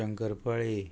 शंकरपाळी